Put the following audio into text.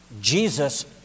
Jesus